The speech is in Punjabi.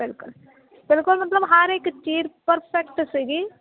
ਬਿਲਕੁਲ ਬਿਲਕੁਲ ਮਤਲਬ ਹਰ ਇੱਕ ਚੀਜ਼ ਪਰਫੈਕਟ ਸੀਗੀ